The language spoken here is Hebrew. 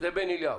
עליו זה בן אליהו.